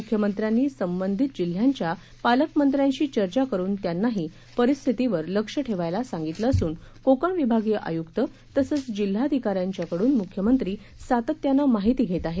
मुख्यमंत्र्यांनी सबंधित जिल्ह्यांच्या पालकमंत्र्यांशी चर्चा करून त्यांनाही परिस्थितीवर लक्ष ठेवायला सांगितलं असून कोकण विभागीय आयुक्त तसेच जिल्हाधिकाऱ्यांच्कडून मुख्यमंत्री सातत्यानं माहिती घेत आहेत